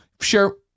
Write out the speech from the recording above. Sure